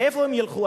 לאן הם ילכו,